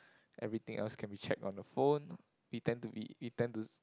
everything else can be checked on the phone we tend to be we tend to